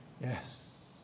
Yes